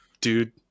dude